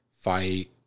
fight